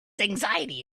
anxiety